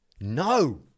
No